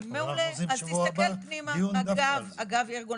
ואנחנו עושים שבוע הבא דיון דווקא על זה.